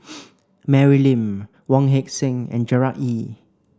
Mary Lim Wong Heck Sing and Gerard Ee